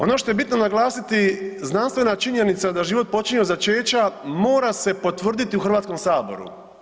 Ono što je bitno naglasiti, znanstvena činjenica da život počinje od začeća, mora se potvrditi u Hrvatskom saboru.